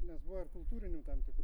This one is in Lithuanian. nes buvo ir kultūrinių tam tikrų